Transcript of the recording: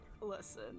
Listen